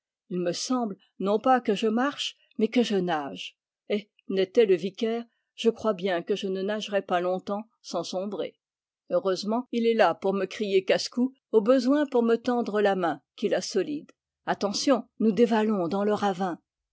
il me semble non pas que je marche mais que je nage et n'était le vicaire je crois bien que je ne nagerais pas longtemps sans sombrer heureusement il est là pour me crier casse-cou au besoin pour me tendre la main qu'il a solide attention nous dévalons dans le ravin